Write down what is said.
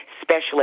specialist